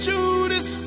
Judas